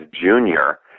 Junior